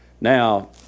Now